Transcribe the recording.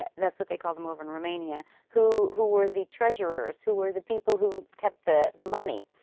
ah that's what they called them over in romania, who who were the treasurers, who were the people who kept the the money,